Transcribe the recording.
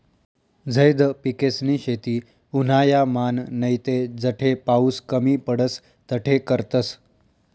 झैद पिकेसनी शेती उन्हायामान नैते जठे पाऊस कमी पडस तठे करतस